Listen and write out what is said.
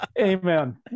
Amen